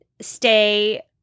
stay